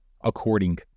According